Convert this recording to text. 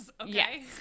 okay